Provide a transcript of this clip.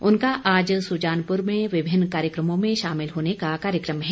उनका आज सुजानपुर में विभिन्न कार्यक्रमों में शामिल होने का कार्यक्रम है